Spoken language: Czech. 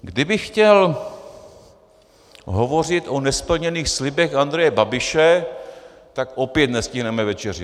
Kdybych chtěl hovořit o nesplněných slibech Andreje Babiše, tak opět nestihneme večeři.